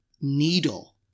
needle